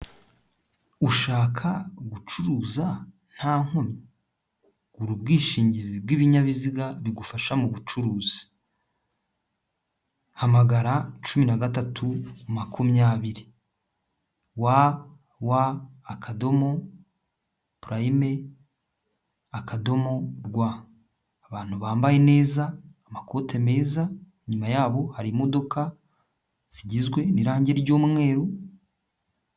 Ushaka gucuruza nta nkomyi? Gura ubwishingizi bw'ibinyabiziga bigufasha mu bucuruzi. Hamagara cumi na gatatu makumyabiri. Wa wa, akadomo, purayime, akadomo rwa. Abantu bambaye neza, amakote meza, inyuma yabo hari imodoka zigizwe n'irange ry'umweru...